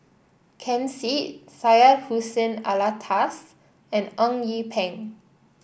Ken Seet Syed Hussein Alatas and Eng Yee Peng